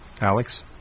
Alex